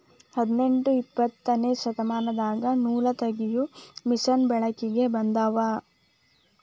ಹದನೆಂಟ ಇಪ್ಪತ್ತನೆ ಶತಮಾನದಾಗ ನೂಲತಗಿಯು ಮಿಷನ್ ಬೆಳಕಿಗೆ ಬಂದುವ